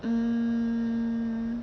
um